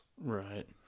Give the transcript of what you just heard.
Right